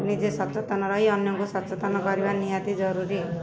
ନିଜେ ସଚେତନ ରହି ଅନ୍ୟକୁ ସଚେତନ କରିବା ନିହାତି ଜରୁରୀ